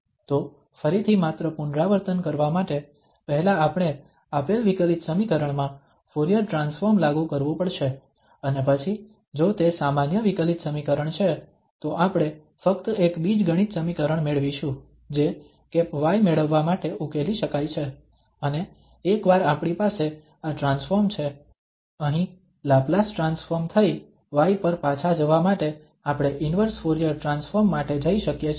તો ફરીથી માત્ર પુનરાવર્તન કરવા માટે પહેલા આપણે આપેલ વિકલિત સમીકરણ માં ફુરીયર ટ્રાન્સફોર્મ લાગુ કરવું પડશે અને પછી જો તે સામાન્ય વિકલિત સમીકરણ છે તો આપણે ફક્ત એક બીજગણિત સમીકરણ મેળવીશું જે y મેળવવા માટે ઉકેલી શકાય છે અને એક વાર આપણી પાસે આ ટ્રાન્સફોર્મ છે અહીં લાપ્લાસ ટ્રાન્સફોર્મ થઈ y પર પાછા જવા માટે આપણે ઇન્વર્સ ફુરીયર ટ્રાન્સફોર્મ માટે જઈ શકીએ છીએ